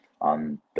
on